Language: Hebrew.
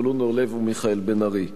זבולון אורלב ומיכאל בן-ארי.